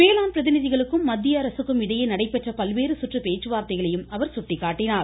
வேளாண் பிரதிநிதிகளுக்கும் மத்திய அரசுக்கும் இடையே நடைபெற்ற பல்வேறு சுற்று பேச்சுவார்த்தைகளையும் அவர் சுட்டிக்காட்டினார்